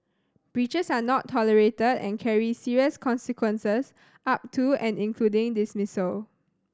breaches are not tolerated and carry serious consequences up to and including dismissal